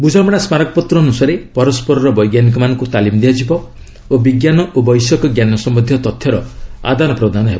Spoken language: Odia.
ବୁଝାମଣା ସ୍କାରକପତ୍ର ଅନୁସାରେ ପରସ୍କରର ବୈଜ୍ଞାନିକମାନଙ୍କୁ ତାଲିମ ଦିଆଯିବ ଓ ବିଜ୍ଞାନ ଓ ବୈଷୟିକଜ୍ଞାନ ସମ୍ପନ୍ଧୀୟ ତଥ୍ୟର ଆଦାନପ୍ରଦାନ ହେବ